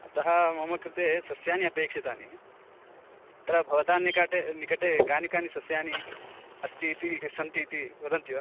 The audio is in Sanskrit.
अतः मम कृते सस्यानि अपेक्षितानि अतः भवतां निकटे निकटे कानि कानि सस्यानि अस्ति इति सन्ति इति वदन्ति वा